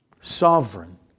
Sovereign